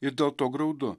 ir dėl to graudu